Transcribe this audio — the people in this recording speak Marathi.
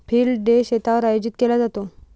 फील्ड डे शेतावर आयोजित केला जातो